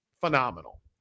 phenomenal